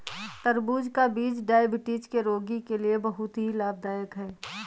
तरबूज का बीज डायबिटीज के रोगी के लिए बहुत ही लाभदायक है